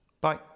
Bye